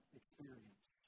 experience